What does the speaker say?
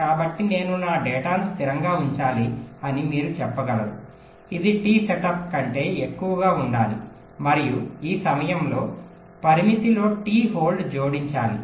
కాబట్టి నేను నా డేటాను స్థిరంగా ఉంచాలి అని మీరు చెప్పగలరు ఇది టి సెటప్ కంటే ఎక్కువగా ఉండాలి మరియు ఈ సమయంలో పరిమితిలో టి హోల్డ్ జోడించాలి